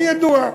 וידוע.